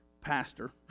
pastor